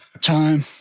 time